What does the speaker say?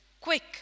Quick